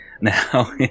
Now